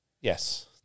Yes